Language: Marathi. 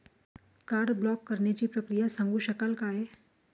कार्ड ब्लॉक करण्याची प्रक्रिया सांगू शकाल काय?